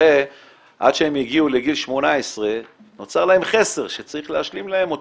הרי עד שהם הגיעו לגיל 18 נוצר להם חסר שצריך להשלים להם אותו,